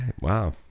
Wow